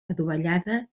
adovellada